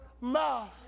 mouth